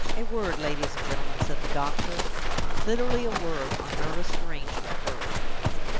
a word, ladies and gentlemen, said the doctor literally a word, on nervous derangement first.